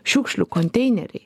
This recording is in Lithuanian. šiukšlių konteineriai